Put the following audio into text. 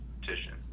petition